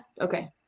Okay